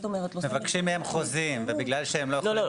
מבקשים מהם חוזים ובגלל שהם לא יכולים